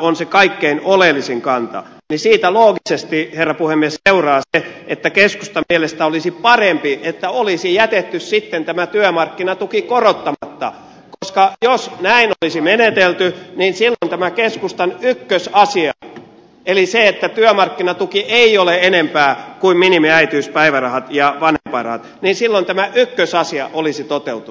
on se kaikkein oleellisin kanta niin siitä loogisesti herra puhemies seuraa se että keskustan mielestä olisi parempi että olisi jätetty sitten tämä työmarkkinatuki korottamatta koska jos näin olisi menetelty niin silloin tämä keskustan ykkösasia eli se että työmarkkinatuki ei ole enempää kuin minimiäitiyspäivärahat ja vain varoa niin silloin tämä vanhempainrahat olisi toteutunut